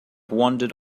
wandered